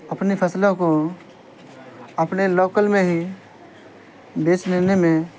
اپنی فصلوں کو اپنے لوکل میں ہی بیچ لینے میں